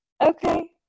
Okay